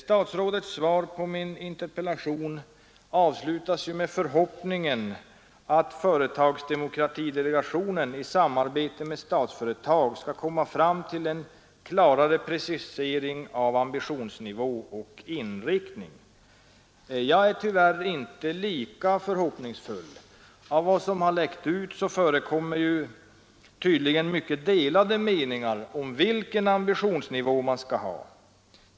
Statsrådets svar på min interpellation avslutas med förhoppningen att företagsdemokratidelegationen i samarbete med Statsföretag skall komma fram till en klarare precisering av ambitionsnivå och inriktning. Jag är tyvärr inte lika förhoppningsfull. Av vad som har läckt ut förekommer tydligen mycket delade meningar om vilken ambitionsnivå man skall ha.